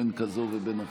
בין כזאת ובין אחרת.